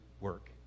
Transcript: work